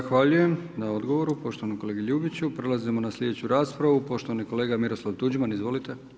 Zahvaljujem na odgovoru, poštovanom kolegi Ljubiću, prelazimo na sljedeću raspravu, poštovani kolega Miroslav Tuđman, izvolite.